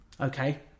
Okay